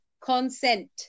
Consent